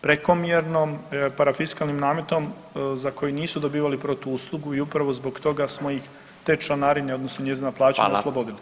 prekomjernom, parafiskalnim nametom za koji nisu dobivali protuuslugu i upravo zbog toga smo ih te članarine odnosno njezina plaćanja oslobodili.